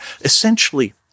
Essentially